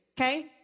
Okay